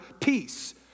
peace